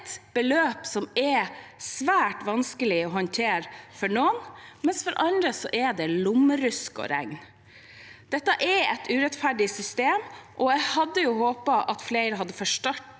beløp som er svært vanskelig å håndtere for noen, mens det for andre er for lommerusk å regne. Dette er et urettferdig system, og jeg hadde håpet at flere hadde forstått